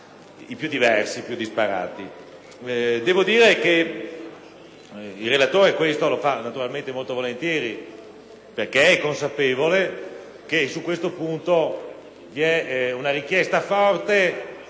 orientamenti più disparati. Devo dire che il relatore questo lo fa, naturalmente, molto volentieri, perché è consapevole che su questo punto vi è una richiesta forte